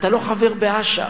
אתה לא חבר באש"ף.